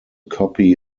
copy